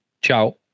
ciao